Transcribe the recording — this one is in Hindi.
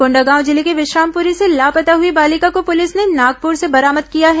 कोंडागांव जिले के विश्रामपुरी से लापता हुई बालिका को पुलिस ने नागपुर से बरामद किया है